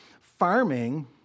Farming